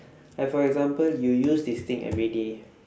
like for example you use this thing everyday